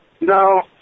No